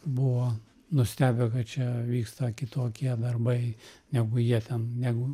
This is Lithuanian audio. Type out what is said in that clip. buvo nustebę kad čia vyksta kitokie darbai negu jie ten negu